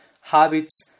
habits